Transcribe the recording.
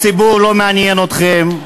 הציבור לא מעניין אתכם,